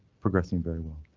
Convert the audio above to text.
progressing very well.